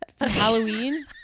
Halloween